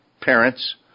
Parents